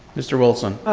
mr. wilson?